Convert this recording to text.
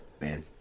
Man